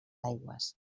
aigües